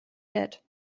dead